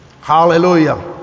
Hallelujah